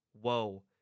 Whoa